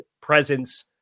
presence